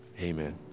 Amen